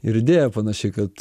ir idėja panaši kad